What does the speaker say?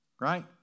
Right